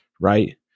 right